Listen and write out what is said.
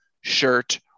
shirt